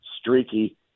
streaky